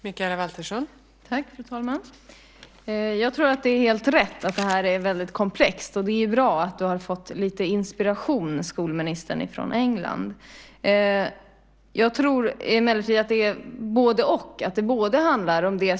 Fru talman! Jag tror att det är helt rätt att detta är väldigt komplext. Det är bra att du har fått lite inspiration, skolministern, från England. Jag tror emellertid att det är både-och.